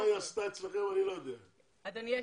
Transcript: אדוני היושב-ראש,